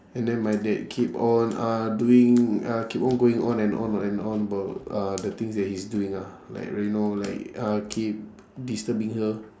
and then my dad keep on uh doing uh keep on going on and on and on about uh the things that he's doing ah like you know like uh keep disturbing her